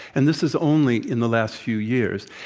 and this is only in the last few years.